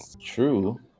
true